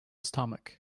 stomach